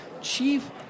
chief